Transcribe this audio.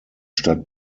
stadt